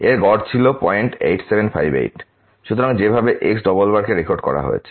এর গড় ছিল 08758 সুতরাং এভাবে X কে রেকর্ড করা হয়েছে